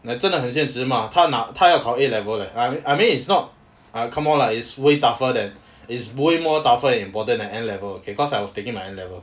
ya 真的很现实 mah 她她要考 A level leh I I mean it's not err come on lah is way tougher than is way more tougher and important than N level okay cause I was taking N level